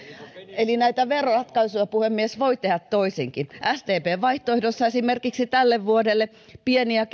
eli näitä veroratkaisuja puhemies voi tehdä toisinkin sdpn vaihtoehdossa esimerkiksi tälle vuodelle pieni ja